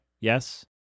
Yes